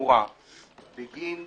תמורה בגין-